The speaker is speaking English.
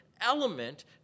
element